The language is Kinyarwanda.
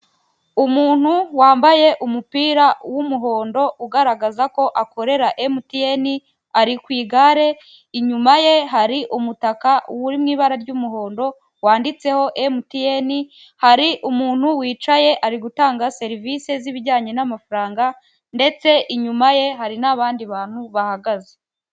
Umuntu wambaye umupira w'umuhondo ugaragaza ko akorera emutiyeni ari ku igare, inyuma ye hari umutaka uri mu ibara ry'umuhondo wanditseho emutiyeni, hari umuntu wicaye ari gutanga serivisi z'ibijyanye n'amafaranga ndetse inyuma ye hari n'abandi bantu bahagaze.